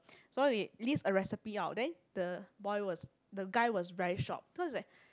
so he list a recipe out then the boy was the guy was very shocked cause is like